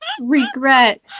regret